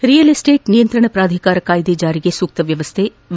real estate ನಿಯಂತ್ರಣ ಪ್ರಾಧಿಕಾರ ಕಾಯ್ದೆ ಜಾರಿಗೆ ಸೂಕ್ತ ವ್ಯವಸ್ಥೆ ವಿ